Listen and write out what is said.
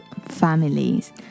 families